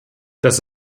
das